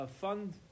fund